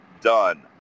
done